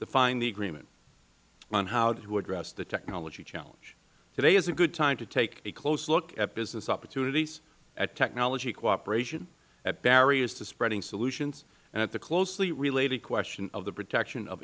to find agreement on how to address the technology challenge today is a good time to take a close look at business opportunities at technology cooperation at barriers to spreading solutions and at the closely related question of the protection of